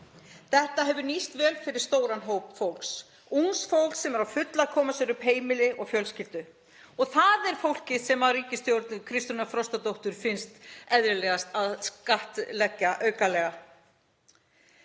Þetta hefur nýst vel fyrir stóran hóp fólks, ungs fólks sem er á fullu að koma sér upp heimili og fjölskyldu. Það er fólkið sem ríkisstjórn Kristrúnar Frostadóttur finnst eðlilegast að skattleggja aukalega.